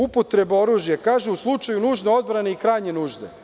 Upotreba oružja, kaže – u slučaju nužne odbrane i krajnje nužde.